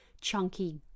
chunky